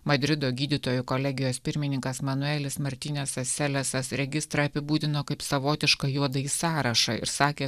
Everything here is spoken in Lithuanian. madrido gydytojų kolegijos pirmininkas manuelis martinesas selesas registrą apibūdino kaip savotišką juodąjį sąrašą ir sakė